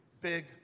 big